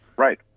Right